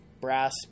brass